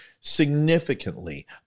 significantly